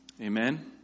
Amen